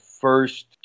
first